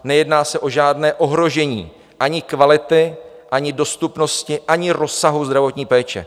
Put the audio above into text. Nejedná se o žádné ohrožení ani kvality, ani dostupnosti, ani rozsahu zdravotní péče.